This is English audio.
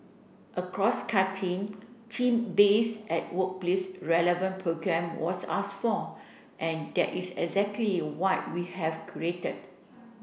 a crosscutting team base and workplace relevant programme was ask for and that is exactly what we have cruated